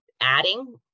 adding